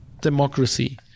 democracy